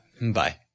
Bye